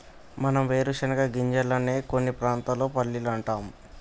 మనం వేరుశనగ గింజలనే కొన్ని ప్రాంతాల్లో పల్లీలు అంటాం